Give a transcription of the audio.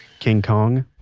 king kong,